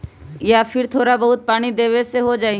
या फिर थोड़ा बहुत पानी देबे से हो जाइ?